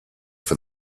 for